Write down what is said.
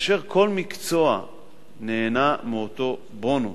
כאשר כל מקצוע נהנה מאותו בונוס,